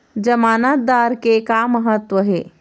जमानतदार के का महत्व हे?